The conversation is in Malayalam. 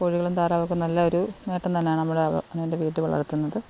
കോഴികളും താറാവും ഒക്കെ നല്ലൊരു നേട്ടം തന്നെയാണ് നമ്മുടെ അവനവൻ്റെ വീട്ടിൽ വളർത്തുന്നത്